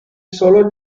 sólo